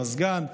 מזגן,